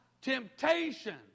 temptation